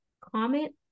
comment